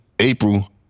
April